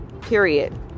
period